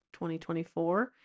2024